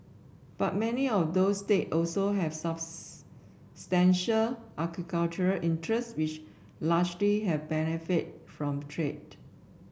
but many of those state also have substantial agricultural interest which largely have benefited from trade